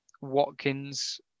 Watkins